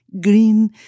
green